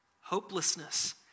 hopelessness